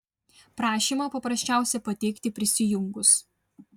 prašymą paprasčiausia pateikti prisijungus